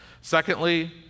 Secondly